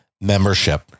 membership